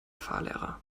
fahrlehrer